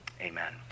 Amen